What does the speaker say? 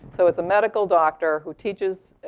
so it's a medical doctor who teaches,